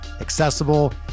accessible